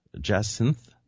jacinth